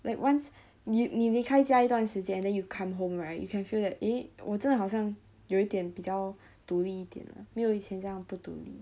like once 你你离开家一段时间 then you come home right you can feel that eh 我真的好像有一点比较独立一点没有以前这样不独立